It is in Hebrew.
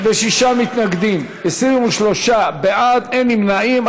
36 מתנגדים, 23 בעד, אין נמנעים.